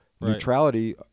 Neutrality